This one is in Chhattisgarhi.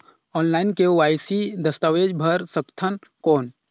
ऑनलाइन के.वाई.सी दस्तावेज भर सकथन कौन?